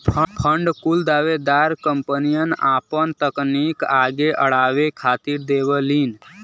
fund कुल दावेदार कंपनियन आपन तकनीक आगे अड़ावे खातिर देवलीन